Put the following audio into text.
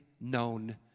known